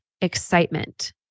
excitement